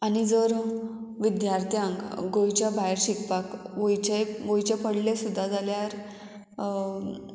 आनी जर विद्यार्थ्यांक गोंयच्या भायर शिकपाक वयचे वयचें पडलें सुद्दां जाल्यार